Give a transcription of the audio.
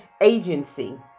agency